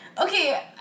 Okay